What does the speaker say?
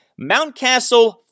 Mountcastle